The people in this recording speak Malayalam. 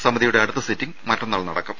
സമിതിയുടെ അടുത്ത സിറ്റിങ് മറ്റന്നാൾ നടക്കും